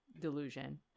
delusion